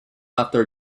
after